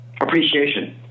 appreciation